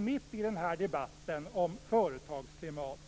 Mitt i debatten om företagsklimat